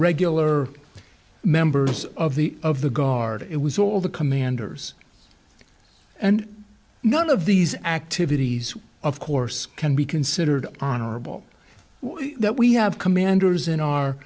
regular members of the of the guard it was all the commanders and none of these activities of course can be considered honorable that we have commanders in our